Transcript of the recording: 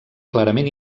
clarament